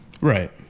Right